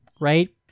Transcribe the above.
right